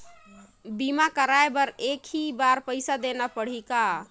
बीमा कराय बर एक ही बार पईसा देना पड़ही का?